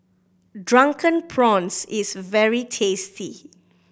Drunken Prawns is very tasty